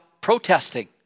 protesting